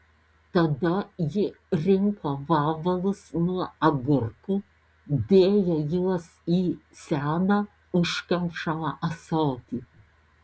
tada ji rinko vabalus nuo agurkų dėjo juos į seną užkemšamą ąsotį